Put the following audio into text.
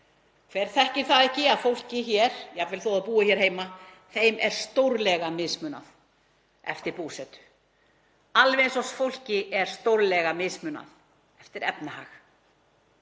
Hver þekkir það ekki að fólki hér, jafnvel þótt það búi heima, er stórlega mismunað eftir búsetu, alveg eins og fólki er stórlega mismunað eftir efnahag.